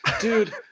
dude